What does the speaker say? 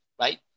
right